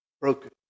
Broken